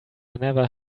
never